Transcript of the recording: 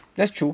that's true